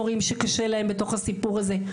עדיין יש מורים שקשה להם בתוך הסיפור הזה,